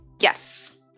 Yes